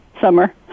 summer